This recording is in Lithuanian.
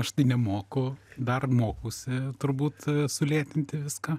aš tai nemoku dar mokausi turbūt sulėtinti viską